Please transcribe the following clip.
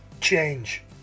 change